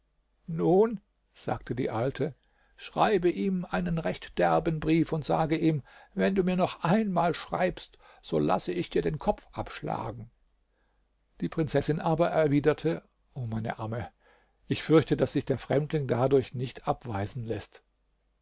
nun sagte die alte schreibe ihm einen recht derben brief und sage ihm wenn du mir noch einmal schreibst so lasse ich dir den kopf abschlagen die prinzessin aber erwiderte o meine amme ich fürchte daß sich der fremdling dadurch nicht abweisen läßt